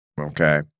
Okay